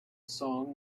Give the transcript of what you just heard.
song